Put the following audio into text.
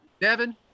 Devin